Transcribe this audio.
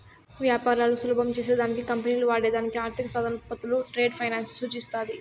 వ్యాపారాలు సులభం చేసే దానికి కంపెనీలు వాడే దానికి ఆర్థిక సాధనాలు, ఉత్పత్తులు ట్రేడ్ ఫైనాన్స్ ని సూచిస్తాది